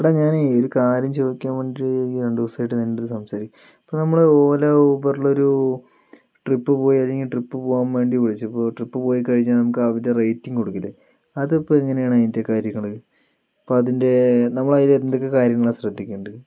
എടാ ഞാനേ ഒരു കാര്യം ചോദിക്കാന് വേണ്ടിയിട്ട് രണ്ടു ദിവസമായിട്ട് നിൻറെടുത്ത് സംസാരിക്കാൻ ഇപ്പോൾ നമ്മള് ഓല ഊബറിലൊരു ട്രിപ്പ് പോയി അല്ലെങ്കിൽ ട്രിപ്പ് പോകാൻ വേണ്ടി വിളിച്ചു അപ്പോൾ ട്രിപ്പ് പോയി കഴിഞ്ഞു നമുക്ക് അവരെ റേറ്റിങ് കൊടുക്കില്ലേ അതിപ്പോൾ എങ്ങനെയാണ് അതിൻ്റെ കാര്യങ്ങള് അപ്പോൾ അതിൻ്റെ നമ്മളതില് എന്തൊക്കെ കാര്യങ്ങളാണ് ശ്രദ്ധിക്കേണ്ടത്